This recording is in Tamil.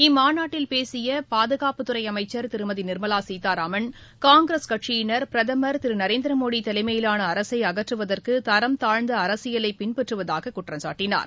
இம்மாநாட்டில் பேசிய பாதுகாப்பு அமைச்சர் திருமதி நீர்மலா சீதாராமன் காங்கிரஸ் கட்சியினர் பிரதமர் திரு நரேந்திர மோடி தலைமையிலான அரசை அகற்றுவதற்கு தரம் தாழ்ந்த அரசியலை பின்பற்றுவதாக குற்றம் சாட்டினார்